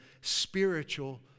spiritual